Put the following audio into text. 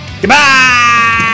Goodbye